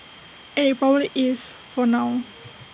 and IT probably is for now